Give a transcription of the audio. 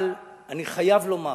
אבל אני חייב לומר: